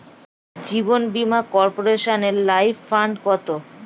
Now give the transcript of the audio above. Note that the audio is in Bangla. জীবন বীমা কর্পোরেশনের লাইফ ফান্ড কত?